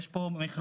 יש פה מכלול.